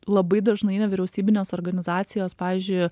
labai dažnai nevyriausybinės organizacijos pavyzdžiui